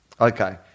okay